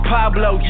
Pablo